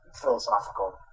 philosophical